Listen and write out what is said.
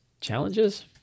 challenges